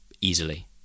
easily